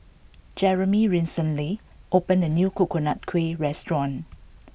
Jeremy recently opened a new Coconut Kuih restaurant